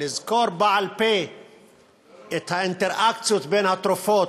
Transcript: לזכור בעל-פה את האינטראקציות בין התרופות,